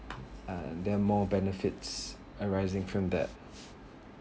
uh then more benefits arising from that